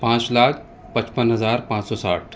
پانچ لاکھ پچپن ہزار پانچ سو ساٹھ